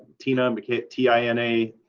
tina, um but t i n a,